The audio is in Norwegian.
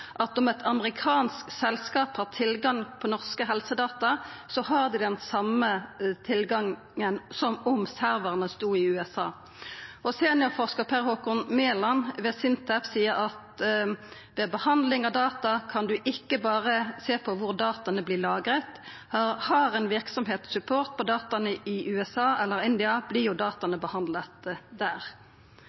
et amerikansk selskap tilgang på norske helsedata, har de den samme tilgangen på disse som hvis serverne sto i USA.» Seniorforskar Per Håkon Meland ved Sintef seier: «Ved behandling av data kan du ikke tenke bare på hvor dataene blir lagret. Har en virksomhet support på dataene i USA eller India, blir jo dataene behandlet der».